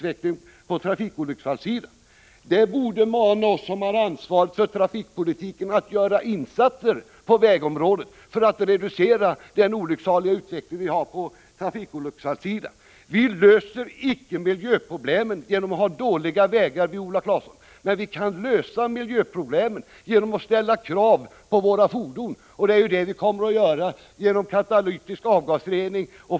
Det borde vara ett motiv för dem som har ansvar för trafikpolitiken att göra insatser på vägområdet för att reducera den olyckliga utvecklingen av trafikolycksfallen. Vi löser icke miljöproblemen genom att ha dåliga vägar, Viola Claesson. Men vi kan lösa miljöproblemen genom att ställa krav på våra fordon. Det är det vi kommer att göra genom att kräva katalytisk avgasrening.